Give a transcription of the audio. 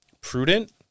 prudent